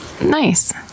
Nice